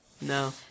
No